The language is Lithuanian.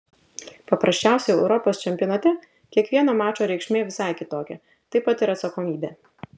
paprasčiausiai europos čempionate kiekvieno mačo reikšmė visai kitokia taip pat ir atsakomybė